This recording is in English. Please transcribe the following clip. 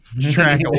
track